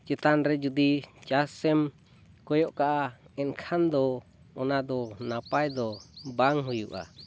ᱪᱮᱛᱟᱱ ᱨᱮ ᱡᱩᱫᱤ ᱪᱟᱥᱮᱢ ᱠᱚᱭᱚᱜ ᱠᱟᱜᱼᱟ ᱮᱱᱠᱷᱟᱱ ᱫᱚ ᱚᱱᱟ ᱫᱚ ᱱᱟᱯᱟᱭ ᱫᱚ ᱵᱟᱝ ᱦᱩᱭᱩᱜᱼᱟ